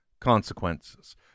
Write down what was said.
consequences